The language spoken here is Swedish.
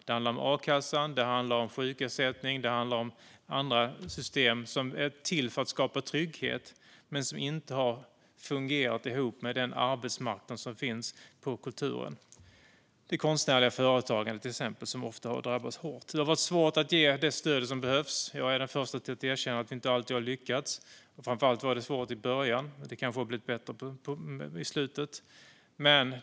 Det handlar om akassan, om sjukersättning och om andra system som är till för att skapa trygghet men som inte har fungerat ihop med den arbetsmarknad som finns på kulturens område. Till exempel har det konstnärliga företagandet ofta drabbats hårt. Det har varit svårt att ge det stöd som har behövts, och jag är den första att erkänna att vi inte alltid har lyckats. Framför allt var det svårt i början, men det kanske har blivit bättre mot slutet.